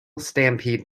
stampede